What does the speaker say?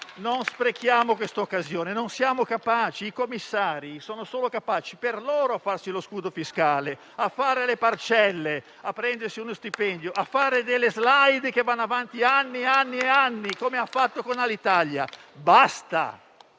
Non sprechiamo questa occasione, non siamo capaci. I commissari sono solo capaci a farsi lo scudo fiscale per loro, a fare le parcelle, a prendersi uno stipendio, a fare delle *slide* che vanno avanti anni e anni, come accaduto con Alitalia. Basta,